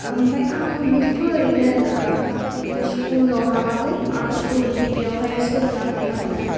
ओमफाय आं बिदिथ' ओरैनो बिदि स्कुलाव हाबाखै आर्ट स्कुल बिदियावहाय सोलोङाखै आङो